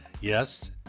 Yes